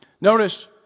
Notice